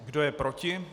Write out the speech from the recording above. Kdo je proti?